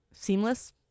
seamless